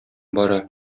бара